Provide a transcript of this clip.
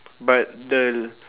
but the